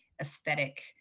aesthetic